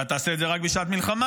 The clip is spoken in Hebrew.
אתה תעשה את זה רק בשעת מלחמה.